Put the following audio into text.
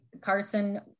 Carson